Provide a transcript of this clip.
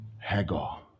Hagar